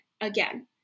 Again